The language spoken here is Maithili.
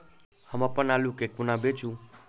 हम अप्पन आलु केँ कोना बेचू?